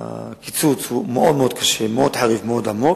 הקיצוץ הוא מאוד מאוד קשה, מאוד חריף, מאוד עמוק.